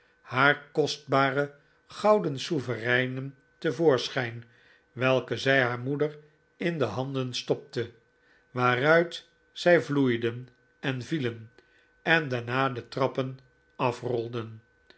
haar kostbare gouden souvereinen te voorschijn welke zij haar moeder in de handen stopte waaruit zij vloeiden en vielen en daarna de trappen afrolden